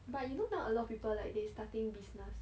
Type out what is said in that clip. but you know now a lot of people like they starting business